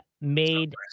made